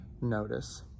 notice